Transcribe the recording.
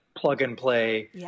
plug-and-play